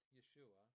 Yeshua